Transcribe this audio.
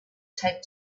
taped